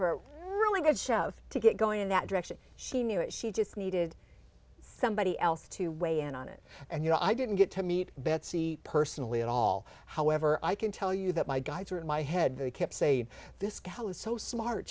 a really good shout to get going in that direction she knew that she just needed somebody else to weigh in on it and you know i didn't get to meet betsy personally at all however i can tell you that my guys are in my head they can't say this gal is so smart